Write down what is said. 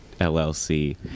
LLC